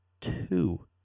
two